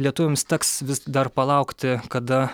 lietuviams teks vis dar palaukti kada